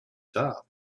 top